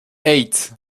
eight